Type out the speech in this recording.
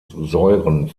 säuren